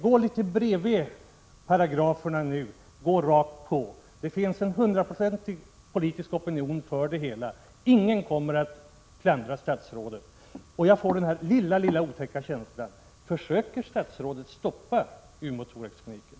Det finns en hundraprocentig politisk opinion för ett sådant här beslut, och om statsrådet går litet bredvid paragraferna och går rakt fram kommer ingen att klandra henne. Jag får en litet otäck känsla av att statsrådet försöker stoppa Umeås thoraxklinik.